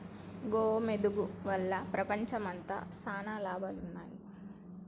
గీ వెదురు వల్ల ప్రపంచంమంతట సాన లాభాలున్నాయి